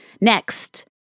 Next